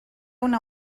una